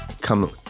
come